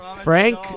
Frank